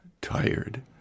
tired